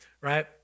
Right